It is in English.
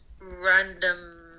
random